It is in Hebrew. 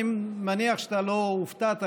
אני מניח שאתה לא הופתעת,